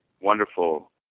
wonderful